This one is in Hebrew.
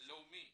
לאומי